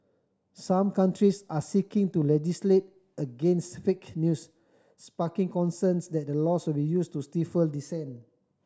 some countries are seeking to legislate against fake news sparking concerns that the laws will be used to stifle dissent